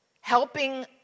Helping